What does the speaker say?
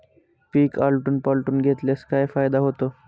पीक आलटून पालटून घेतल्यास काय फायदा होतो?